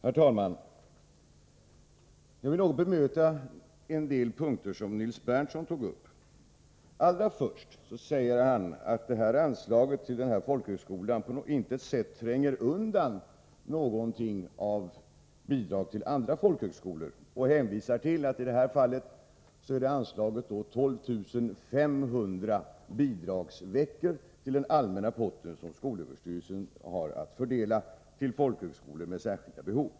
Nr 106 Herr talman! Jag vill något bemöta Nils Berndtson på en del av de punkter Torsdagen den som han tog upp. 22 mars 1984 Allra först säger han att anslaget till den här folkhögskolan på intet sätt == tränger undan bidrag till andra folkhögskolor. Han hänvisar till att det är Anslag till vuxenutanslaget 12 500 bidragsveckor till den allmänna pott som skolöverstyrelsen bildning har att fördela till folkhögskolor med särskilda behov.